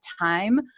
time